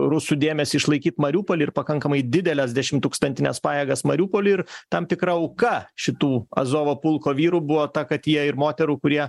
rusų dėmesį išlaikyt mariupoly ir pakankamai dideles dešimttūkstantines pajėgas mariupoly ir tam tikra auka šitų azovo pulko vyrų buvo ta kad jie ir moterų kurie